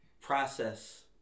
process